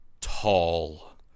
tall